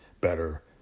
better